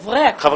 חבר